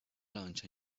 lunch